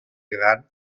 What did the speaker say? gran